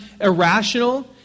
irrational